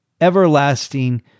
everlasting